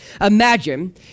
imagine